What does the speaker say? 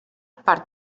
per